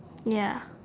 ya